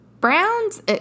Browns